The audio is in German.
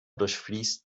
durchfließt